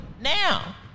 now